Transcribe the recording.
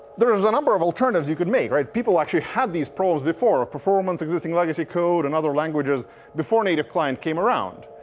there's a number of alternatives you can make. people actually had these problems before, ah performance existing legacy code and other languages before native client came around.